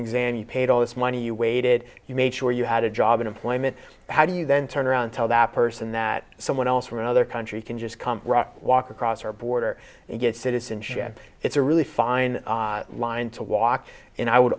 exam you paid all this money you waited you made sure you had a job in employment how do you then turn around tell that person that someone else from other countries can just come walk across our border and get citizenship and it's a really fine line to walk and i would